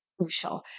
crucial